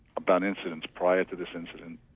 about incidents prior to this incident.